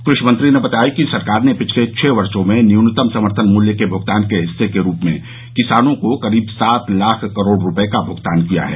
क्रषि मंत्री ने बताया कि सरकार ने पिछले छह वर्षो में न्यूनतम समर्थन मूल्य के भुगतान के हिस्से के रूप में किसानों को करीब सात लाख करोड रूपये का भूगतान किया है